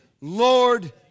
Lord